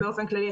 באופן כללי,